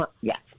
yes